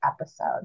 episode